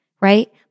right